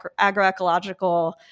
agroecological